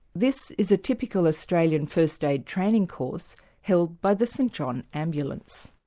this is a typical australian first aid training course held by the st john ambulance.